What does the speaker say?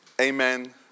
amen